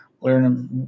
learn